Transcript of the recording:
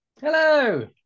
Hello